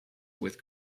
with